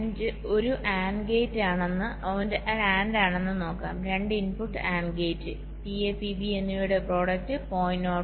അതിനാൽ P ഒരു AND ആണെന്ന് നോക്കാം രണ്ട് input AND gate PA PB എന്നിവയുടെ പ്രോഡക്റ്റ് 0